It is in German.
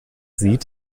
sieht